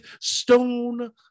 Stone